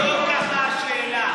לא ככה השאלה.